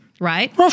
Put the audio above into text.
right